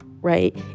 Right